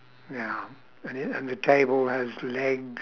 ya and it and the table has legs